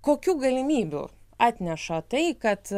kokių galimybių atneša tai kad